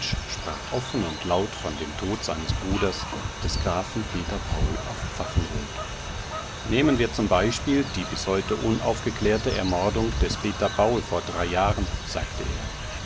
sprach offen und laut von dem tod seines bruders des grafen peter paul auf pfaffenrod nehmen wir zum beispiel die bis heute unaufgeklärte ermordung des peter paul vor drei jahren sagte er